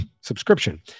subscription